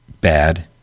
Bad